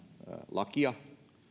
lakia